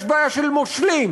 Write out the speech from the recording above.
יש בעיה של מושלים,